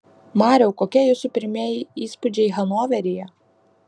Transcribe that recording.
mariau kokie jūsų pirmieji įspūdžiai hanoveryje